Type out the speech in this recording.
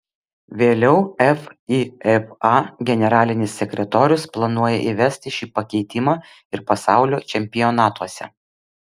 vėliau fifa generalinis sekretorius planuoja įvesti šį pakeitimą ir pasaulio čempionatuose